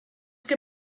que